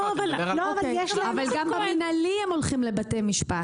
לא, זה בתי משפט.